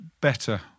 better